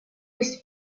есть